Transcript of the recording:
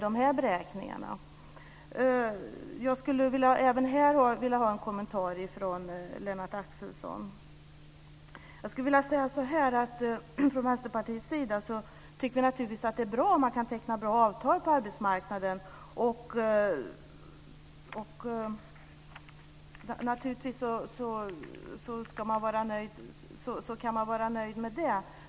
Jag skulle även här vilja ha en kommentar från Från Vänsterpartiets sida tycker vi naturligtvis att det är bra om man kan teckna bra avtal på arbetsmarknaden. Det ska man förstås vara nöjd med.